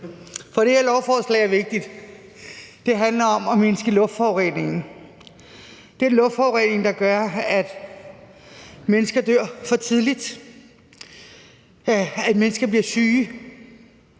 For det her lovforslag er vigtigt. Det handler om at mindske luftforureningen, den luftforurening, der gør, at mennesker dør for tidligt, at mennesker bliver syge.